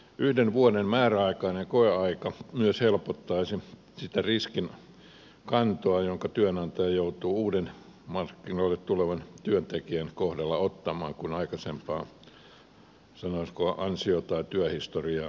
yhden vuoden määräaikainen koeaika myös helpottaisi sitä riskinkantoa jonka työnantaja joutuu uuden markkinoille tulevan työntekijän kohdalla ottamaan kun aikaisempaa sanoisiko ansio tai työhistoriaa ei ole